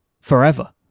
forever